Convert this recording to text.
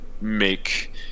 make